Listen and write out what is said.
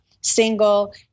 single